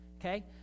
Okay